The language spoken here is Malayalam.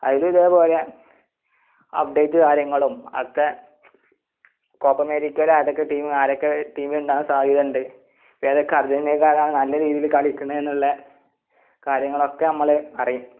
അതിൽ ഇതേ പോലെ അപ്ഡേറ്റ് കാര്യങ്ങളും അടുത്ത കോപ്പ അമേരിക്കയില് ഏതൊക്കെ ടീം ആരൊക്കെ ടീമിലുണ്ടാവാന് സാധ്യത ഉണ്ട് ഏതൊക്കെ അർജന്റീനക്കാരാണ് നല്ല രീതിയിൽ കളിക്കുന്നത് എന്നുള്ള കാര്യങ്ങളുമൊക്കെ നമ്മൾ അറിയും